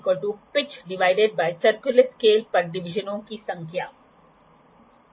दूसरी बात रीडिंग के लिए लॉक करने के लिए एक क्लैंप दिया गया है ठीक है एक क्लैंप है जो इसे घुमाने से रोकनेेे की कोशिश करता है